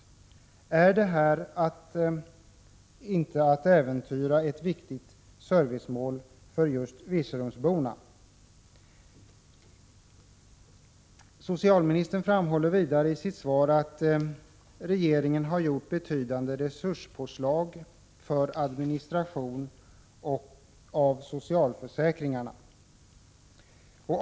Innebär inte en sådan politik att man äventyrar tillgodoseendet av ett viktigt servicemål för just virserumsborna? Socialministern framhåller i sitt svar att regeringen har gjort betydande resurspåslag för administrationen av socialförsäkringarna.